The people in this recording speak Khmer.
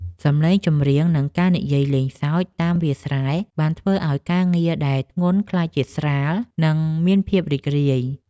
សំឡេងចម្រៀង និងការនិយាយលេងសើចតាមវាលស្រែ បានធ្វើឱ្យការងារដែលធ្ងន់ក្លាយជាស្រាល និងមានភាពរីករាយ។